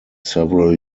several